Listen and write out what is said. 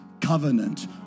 covenant